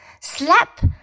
Slap